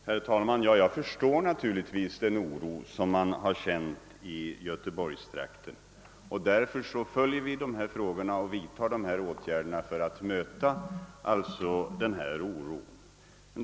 Herr talman! Jag förstår den oro som man känner i göteborgstrakten. Därför följer vi också dessa frågor och vidtar åtgärder för att möta problemen.